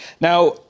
Now